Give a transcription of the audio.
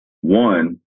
One